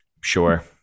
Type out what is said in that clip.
Sure